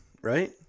right